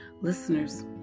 Listeners